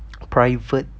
private